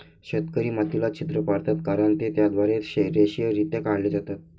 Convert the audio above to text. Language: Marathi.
शेतकरी मातीला छिद्र पाडतात कारण ते त्याद्वारे रेषीयरित्या काढले जातात